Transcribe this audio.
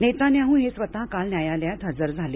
Netanyahu हे स्वत काल न्यायालयात हजर झाले